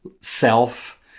self